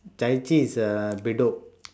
chai chee is uh bedok